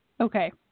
Okay